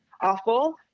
awful